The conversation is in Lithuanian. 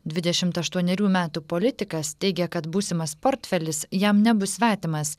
dvidešimt aštuonerių metų politikas teigia kad būsimas portfelis jam nebus svetimas